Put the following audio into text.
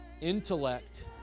Intellect